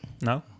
No